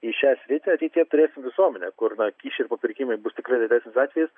į šią sritį ateityje turėsim visuomenę kur na kyšiai ir papirkimai bus tikrai retesnis atvejis